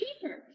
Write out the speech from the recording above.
cheaper